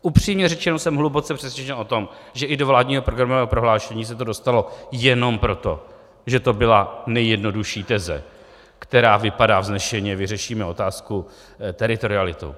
Upřímně řečeno, jsem hluboce přesvědčen o tom, že i do vládního programového prohlášení se to dostalo jenom proto, že to byla nejjednodušší teze, která vypadá vznešeně: vyřešíme otázku teritoriality.